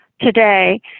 today